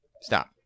stop